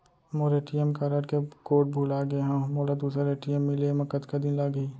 मोर ATM card के code भुला गे हव, मोला दूसर ए.टी.एम मिले म कतका दिन लागही?